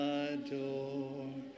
adore